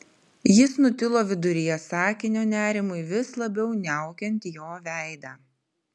jis nutilo viduryje sakinio nerimui vis labiau niaukiant jo veidą